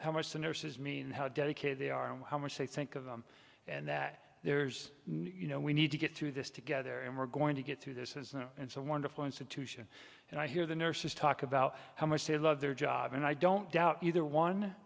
how much the nurses mean how dedicated they are and how much they think of them and that there's you know we need to get through this together and we're going to get through this and so wonderful institution and i hear the nurses talk about how much they love their job and i don't doubt either one